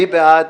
מי בעד?